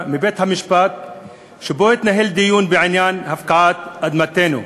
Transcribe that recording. מבית-המשפט שבו התנהל דיון בעניין הפקעת אדמתנו.